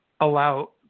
allow